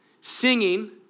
singing